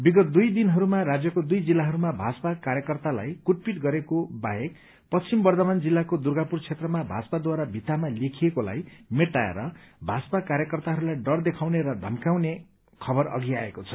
विगत दुइ दिनहरूमा राज्यको दुइ जिल्लाहरूमा भाजपा कार्यकर्तालाई कूटपिट गरेको बाहेक पश्चिम बर्द्धमान जिल्लाको दुर्गापूर क्षेत्रमा भाजपाद्वारा भित्तामा लेखिएकोलाई मेटाएर भाजपा कार्यकर्ताहरूलाई डर देखाउने र धम्काउने खबर अधि आएको छ